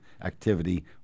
activity